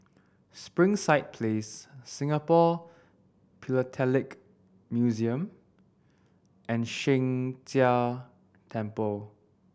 Springside Place Singapore Philatelic Museum and Sheng Jia Temple